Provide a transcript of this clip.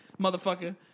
motherfucker